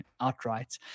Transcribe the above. outright